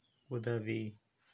உதவி